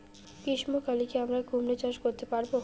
গ্রীষ্ম কালে কি আমরা কুমরো চাষ করতে পারবো?